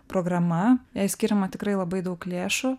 programa jai skiriama tikrai labai daug lėšų